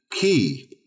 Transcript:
key